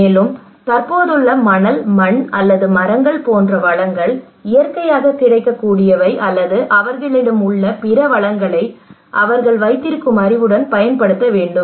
மேலும் தற்போதுள்ள மணல் மண் அல்லது மரங்கள் போன்ற வளங்கள் இயற்கையாக கிடைக்கக்கூடியவை அல்லது அவர்களிடம் உள்ள பிற வளங்களை அவர்கள் வைத்திருக்கும் அறிவுடன் பயன்படுத்த வேண்டும்